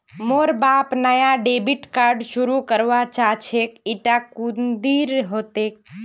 मोर बाप नाया डेबिट कार्ड शुरू करवा चाहछेक इटा कुंदीर हतेक